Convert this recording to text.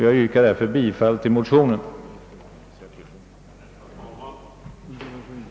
Jag yrkar därför bifall till motionerna I: 719 och II: 621.